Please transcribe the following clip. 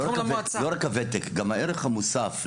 לא רק הוותק, גם הערך המוסף.